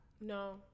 No